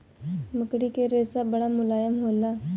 मकड़ी के रेशा बड़ा मुलायम होला